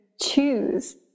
choose